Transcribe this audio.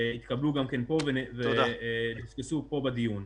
התקבלו גם כן פה ודוסקסו פה בדיון.